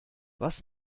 was